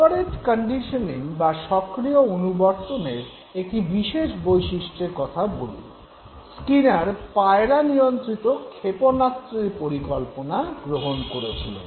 operant conditioning বা সক্রিয় অনুবর্তনের একটি বিশেষ বৈশিষ্ট্যের কথা বলি স্কিনার পায়রা নিয়ন্ত্রিত ক্ষেপণাস্ত্রের পরিকল্পনা গ্রহণ করেছিলেন